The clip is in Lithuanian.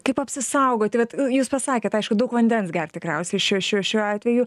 kaip apsisaugoti vat jūs pasakėt aišku daug vandens gert tikriausiai šiuo šiuo šiuo atveju